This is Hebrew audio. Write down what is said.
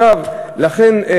לכן,